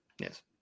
Yes